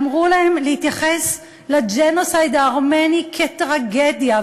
אמרו להם להתייחס לג'נוסייד הארמני כאל טרגדיה.